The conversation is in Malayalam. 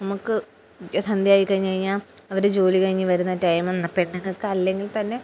നമുക്ക് സന്ധ്യായി കഴിഞ്ഞ് കഴിഞ്ഞാ അവര് ജോലി കഴിഞ്ഞ് വരുന്ന ടൈംന്ന പെണ്ണക്കക്കെ അല്ലെങ്കിൽ തന്നെ